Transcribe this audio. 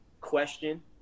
question